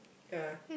ya